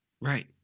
Right